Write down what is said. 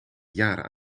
jaren